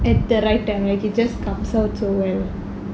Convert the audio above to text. at the right time like he just comes out to where